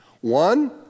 One